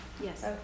Yes